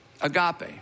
Agape